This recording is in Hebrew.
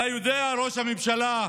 אתה יודע, ראש הממשלה,